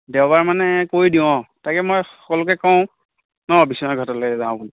দেওবাৰ মানে কৰি দিওঁ অঁ তাকে মই সকলোকে কওঁ ন বিশ্বনাথ ঘাটলৈ যাওঁ বুলি